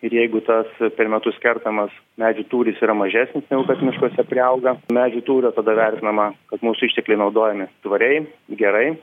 ir jeigu tas per metus kertamas medžių tūris yra mažesnis negu kad miškuose priauga medžių tūrio tada vertinama kad mūsų ištekliai naudojami tvariai gerai